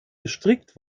gestrickt